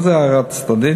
אבל זו הערה צדדית.